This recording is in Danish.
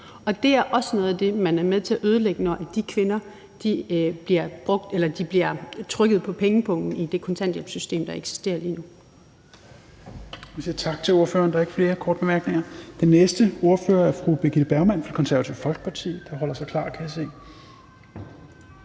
Og det er også noget af det, man er med til at ødelægge, når de kvinder bliver trykket på pengepungen i det kontanthjælpssystem, der eksisterer lige nu.